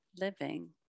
living